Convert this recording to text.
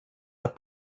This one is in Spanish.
las